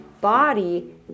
body